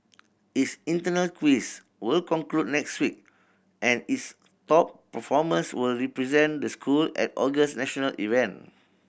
its internal quiz will conclude next week and its top performers will represent the school at August national event